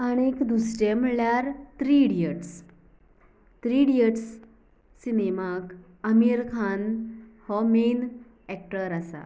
आनीक दुसरें म्हणल्यार थ्री इडियट्स थ्री इडियट्स सिनेमाक आमीर खान हो मेन एक्टर आसा